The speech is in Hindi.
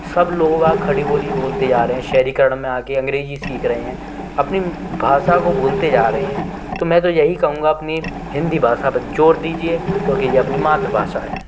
सब लोग वहाँ खड़ी बोली बोलते जा रए हैं शहरीकरण में आ के अंग्रेज़ी सीख रहे हैं अपनी भाषा काे भूलते जा रहे हैं तो मैं तो यही कहूँगा अपनी हिन्दी भाषा पर ज़ोर दीजिए क्योंकि यह अपनी मातृभाषा है